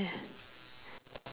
orh so nice